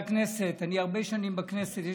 שנים בכנסת.